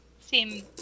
seem